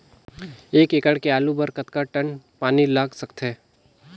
एक एकड़ के आलू बर कतका टन पानी लाग सकथे?